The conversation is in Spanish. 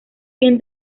bien